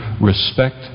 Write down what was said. respect